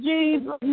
Jesus